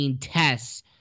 tests